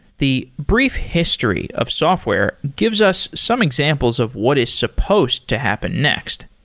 the brief history of software gives us some examples of what is supposed to happen next.